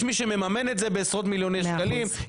יש מי שמממן את זה בעשרות מיליוני שקלים,